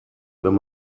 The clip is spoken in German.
wenn